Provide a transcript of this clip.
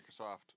Microsoft